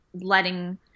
letting